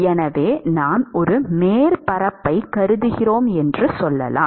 எனவே நாம் ஒரு மேற்பரப்பைக் கருதுகிறோம் என்று சொல்லலாம்